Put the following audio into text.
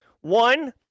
One